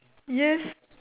yes